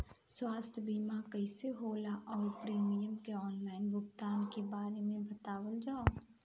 स्वास्थ्य बीमा कइसे होला और प्रीमियम के आनलाइन भुगतान के बारे में बतावल जाव?